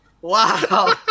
Wow